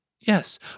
yes